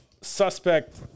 suspect